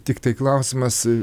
tiktai klausimas